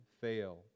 fail